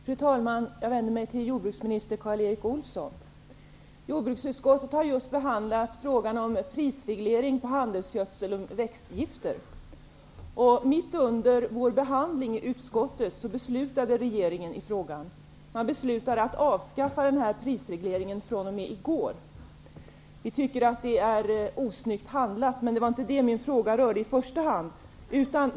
Fru talman! Jag vänder mig till jordbruksminister Karl Erik Olsson. Jordbruksutskottet har just behandlat frågan om prisreglering beträffande handelsgödsel och växtgifter. Mitt under vår behandling i utskottet beslutade regeringen i frågan. Regeringen beslutade att avskaffa denna prisreglering. Detta gäller fr.o.m. i går. Vi tycker att det är osnyggt handlat. Men det är inte i första hand detta som min fråga gäller.